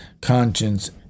conscience